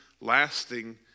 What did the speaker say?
lasting